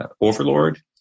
overlord